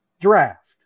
Draft